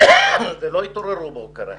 ולא התעוררו בוקר אחד.